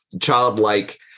childlike